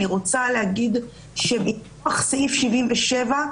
אני רוצה להגיד שמכוח סעיף 77,